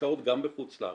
השקעות גם בחוץ לארץ.